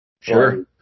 Sure